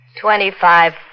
Twenty-five